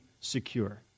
secure